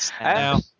now